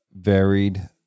varied